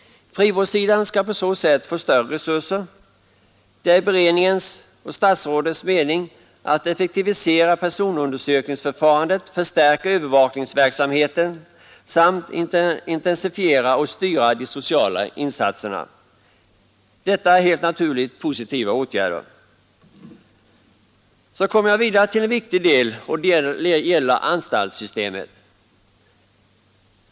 Frivårdssidan skall på så sätt få större resurser. Det är beredningens och statsrådets mening att effektivisera personundersökningsförfarandet, förstärka övervakningsverksamheten samt intensifiera och styra de sociala insatserna. Detta är helt naturligt positiva åtgärder. En annan viktig del är anstaltssystemet.